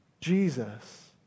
Jesus